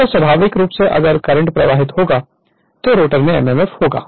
इसलिए स्वाभाविक रूप से अगर करंट प्रवाहित होगा तो रोटर में mmf होगा